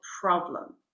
problem